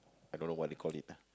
I dunno what they called it ah